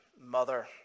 mother